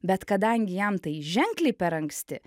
bet kadangi jam tai ženkliai per anksti